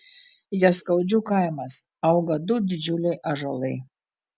jaskaudžių kaimas auga du didžiuliai ąžuolai